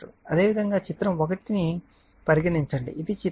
అదేవిధంగా ఇది చిత్రం 1 అని పరిగణించండి ఇది చిత్రం 2